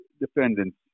defendants